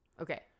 Okay